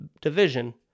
division